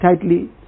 tightly